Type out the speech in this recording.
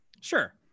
Sure